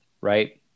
right